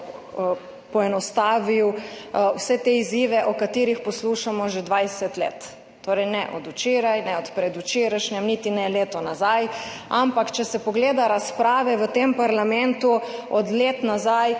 poenostavil vse te izzive o katerih poslušamo že 20 let. Torej ne od včeraj, ne od predvčerajšnjem, niti ne leto nazaj, ampak če se pogleda razprave v tem parlamentu od let nazaj,